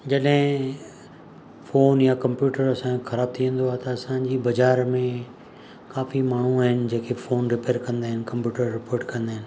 जॾहिं फोन या कंप्यूटर असांजो ख़राबु थींदो आहे त असांजी बाज़ारि में काफ़ी माण्हू आहिनि जेके फोन रिपेयर कंदा आहिनि कंप्यूटर रिपोट कंदा आहिनि